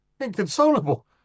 inconsolable